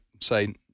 say